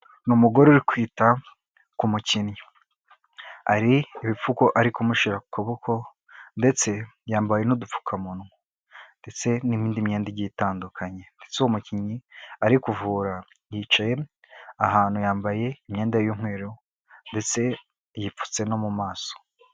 N’umugore uri kwita ku mukinnyi hari bipfuko ari kumushyira ku kuboko ndetse yambaye n'udupfukamunwa ndetse n'indi myenda igiye itandukanye ndetse uwo mukinnyi ari kuvura yicaye ahantu yambaye imyenda y’umweru ndetse yipfutse no mu maso.